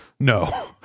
No